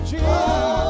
Jesus